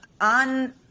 on